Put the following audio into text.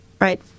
right